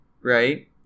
right